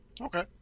Okay